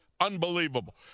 unbelievable